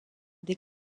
des